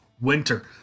winter